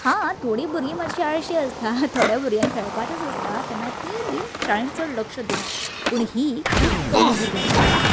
हा थोडीं भुरगीं मातशीं आळशी आसतात थोड्या भुरग्यांक खेळपाचेंच आसता तेन्ना तीं बीन शाळेन चड लक्ष दिनात पूण हीं खूब कमी भुरग्यांचीं काणी